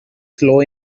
slow